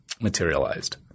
materialized